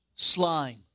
slime